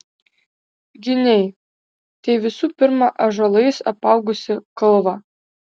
giniai tai visų pirma ąžuolais apaugusi kalva